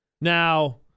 Now